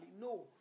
No